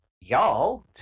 y'all